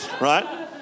right